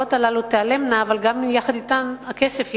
הזירות הללו תיעלמנה, אבל יחד אתן גם הכסף ייעלם,